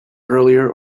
earlier